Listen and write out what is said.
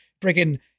Freaking